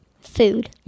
Food